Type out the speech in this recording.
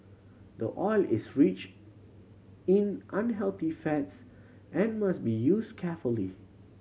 the oil is rich in unhealthy fats and must be used carefully